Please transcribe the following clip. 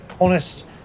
honest